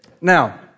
now